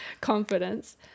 confidence